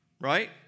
Right